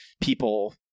people